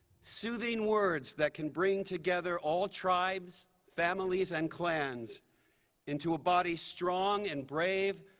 soothing words that can bring together all tribes, families, and glands into a body strong and brave,